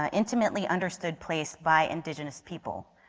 ah intimately understood place by indigenous people.